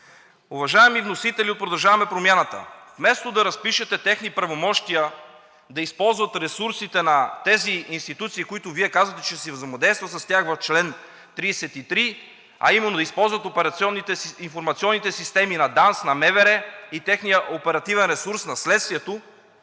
Уважаеми вносители на „Продължаваме Промяната“, вместо да разпишете техни правомощия да използват ресурсите на тези институции, които Вие казвате, че си взаимодействат с тях в чл. 33, а именно: „използват информационните системи на ДАНС, МВР и техния оперативен ресурс, на Следствието“,